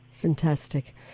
Fantastic